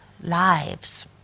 lives